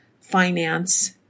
finance